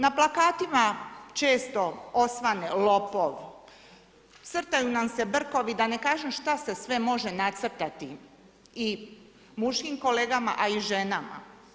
Na plakatima često osvane lopov, crtaju nam se brkovi, da ne kažem, šta se sve može nacrtati i muškim kolegama i ženama.